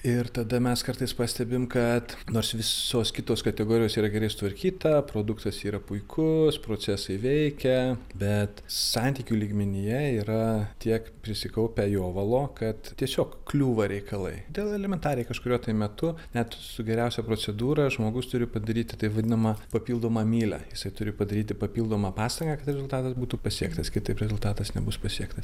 ir tada mes kartais pastebim kad nors visos kitos kategorijos yra gerai sutvarkyta produktas yra puikus procesai veikia bet santykių lygmenyje yra tiek prisikaupę jovalo kad tiesiog kliūva reikalai dėl elementariai kažkuriuo metu net su geriausia procedūra žmogus turi padaryti taip vadinamą papildomą mylią jisai turi padaryti papildomą pastangą kad rezultatas būtų pasiektas kitaip rezultatas nebus pasiektas